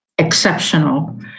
Exceptional